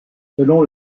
selon